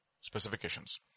specifications